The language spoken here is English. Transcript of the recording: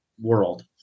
world